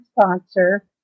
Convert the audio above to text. sponsor